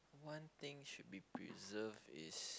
one thing should be preserved is